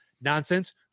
nonsense